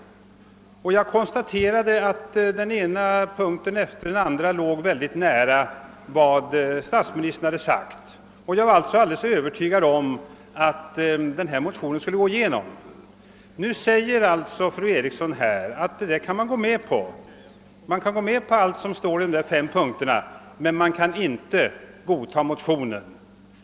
Jag konstaterade att den ena punkten efter den andra låg mycket nära vad statsministern sagt. Jag var alltså övertygad om att motionerna skulle vinna bifall. Fru Eriksson säger att man kan gå med på allt som står i de fem punkterna men inte godta motionerna.